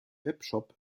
webshop